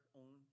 own